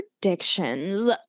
predictions